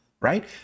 Right